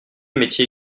métier